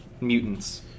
mutants